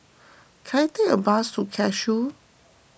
can I take a bus to Cashew